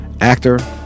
actor